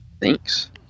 Thanks